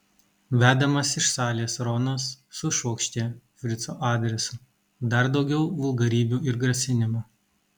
vedamas iš salės ronas sušvokštė frico adresu dar daugiau vulgarybių ir grasinimų